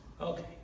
Okay